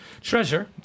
Treasure